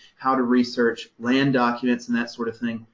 how to research land documents and that sort of thing.